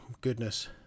goodness